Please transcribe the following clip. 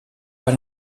pas